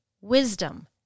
wisdom